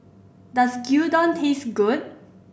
does Gyudon taste good